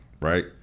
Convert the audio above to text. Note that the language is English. Right